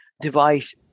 device